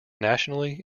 nationally